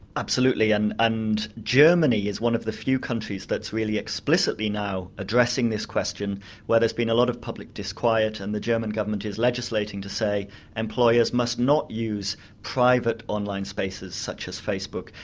absolutely, and and germany is one of the few countries that's really explicitly now addressing this question where there's been a lot of public disquiet, and the german government is legislating to say employers must not use private online spaces such as facebook.